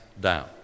down